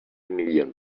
million